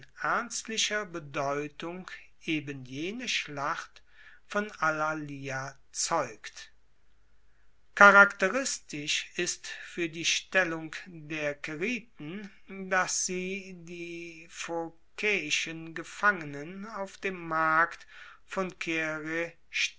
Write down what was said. ernstlicher bedeutung eben jene schlacht von alalia zeugt charakteristisch ist es fuer die stellung der caeriten dass sie die phokaeischen gefangenen auf dem markt von caere